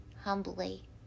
humbly